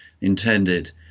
intended